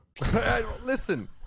Listen